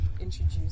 introduce